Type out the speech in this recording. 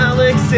Alex